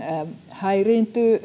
häiriintyy